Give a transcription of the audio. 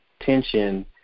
tension